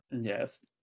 Yes